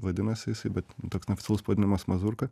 vadinasi jisai bet toks neoficialus vadinamas mazurka